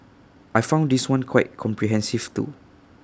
I found this one quite comprehensive too